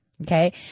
Okay